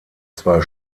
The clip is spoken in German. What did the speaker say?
zwar